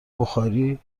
بخاری